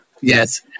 Yes